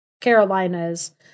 Carolinas